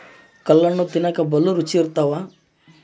ಕಲ್ಲಣ್ಣು ತಿನ್ನಕ ಬಲೂ ರುಚಿ ಇರ್ತವ